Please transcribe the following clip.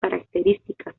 características